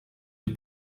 die